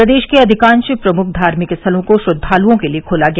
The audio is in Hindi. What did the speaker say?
प्रदेश के अधिकांश प्रमुख धार्मिक स्थलों को श्रद्वालुओं के लिए खोला गया